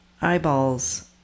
eyeballs